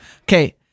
Okay